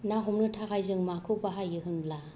ना हमनो थाखाय जों माखौ बाहायो होनब्ला